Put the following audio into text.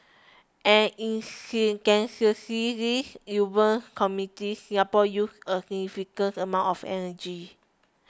an intensively urban community Singapore uses a significant amount of energy